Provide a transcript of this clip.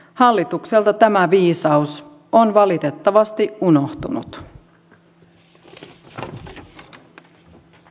hallitukselta tämä viisaus on valitettavasti unohtunut